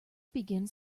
begins